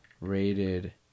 rated